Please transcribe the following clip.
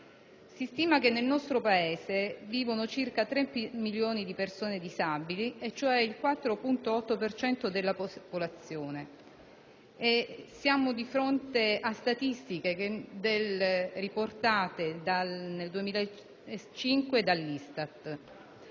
Si stima che nel nostro Paese vivano circa 3 milioni di persone disabili, cioè il 4,8 per cento della popolazione. Siamo di fronte a statistiche riportate nel 2005 dall'ISTAT.